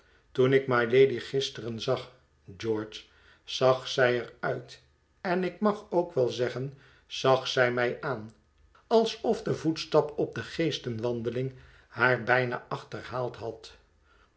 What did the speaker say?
toen ik mylady gisteren zag george zag zij er uit en ik mag ook wel zeggen zag zij mij aan alsof de voetstap op de geestenwandeling haar bijna achterhaald had